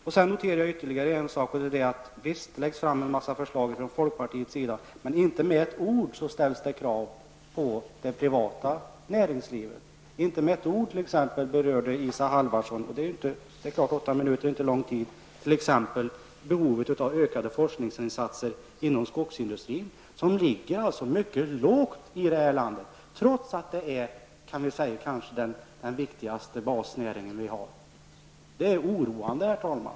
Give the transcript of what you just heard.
Jag noterar ytterligare en sak, nämligen att det läggs fram en mängd förslag från folkpartiet men att det inte med ett ord ställs krav på det privata näringslivet. Isa Halvarsson berörde t.ex. inte med ett ord i sitt anförande -- men det är klart att åtta minuter inte är en lång tid -- exempelvis behovet av ökade forskningsinsatser inom skogsindustrin, där forskningen i det här landet ligger på en mycket låg nivå, trots att det är vår kanske viktigaste basnäring. Det är oroande, herr talman.